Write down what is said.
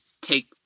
take